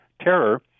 terror